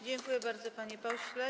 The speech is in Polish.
Dziękuję bardzo, panie pośle.